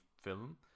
film